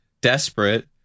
desperate